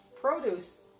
produce